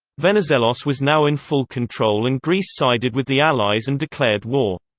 venizelos was now in full control and greece sided with the allies and declared war.